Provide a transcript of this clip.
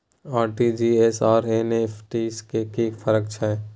RTG S आर NEFT में कि फर्क छै?